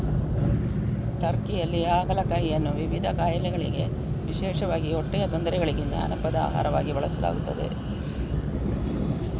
ಟರ್ಕಿಯಲ್ಲಿ ಹಾಗಲಕಾಯಿಯನ್ನು ವಿವಿಧ ಕಾಯಿಲೆಗಳಿಗೆ ವಿಶೇಷವಾಗಿ ಹೊಟ್ಟೆಯ ತೊಂದರೆಗಳಿಗೆ ಜಾನಪದ ಆಹಾರವಾಗಿ ಬಳಸಲಾಗುತ್ತದೆ